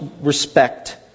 respect